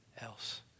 else